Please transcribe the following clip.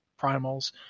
primals